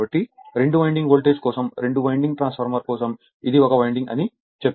కాబట్టి రెండు winding voltage కోసం రెండు వైండింగ్ ట్రాన్స్ఫార్మర్ కోసం ఇది 1 వైండింగ్ అని చెప్పాను